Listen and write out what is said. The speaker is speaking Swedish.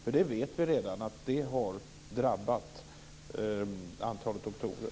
Vi vet redan att det har drabbat antalet doktorer.